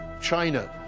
China